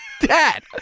Dad